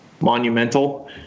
monumental